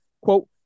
Quote